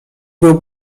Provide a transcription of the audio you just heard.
był